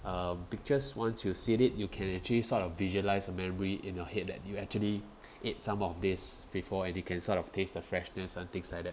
um pictures once you seen it you can actually sort of visualise a memory in your head that you actually ate some of this before and you can sort of taste the freshness and things like that